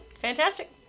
Fantastic